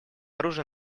оружие